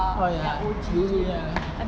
oh ya dulu punya